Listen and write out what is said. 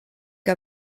que